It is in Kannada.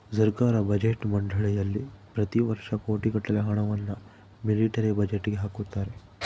ಸರ್ಕಾರ ಬಜೆಟ್ ಮಂಡಳಿಯಲ್ಲಿ ಪ್ರತಿ ವರ್ಷ ಕೋಟಿಗಟ್ಟಲೆ ಹಣವನ್ನು ಮಿಲಿಟರಿ ಬಜೆಟ್ಗೆ ಹಾಕುತ್ತಾರೆ